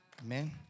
Amen